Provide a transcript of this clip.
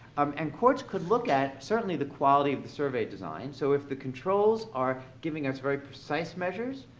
um and courts could look at certainly the quality of the survey design. so if the controls are giving us very precise measures,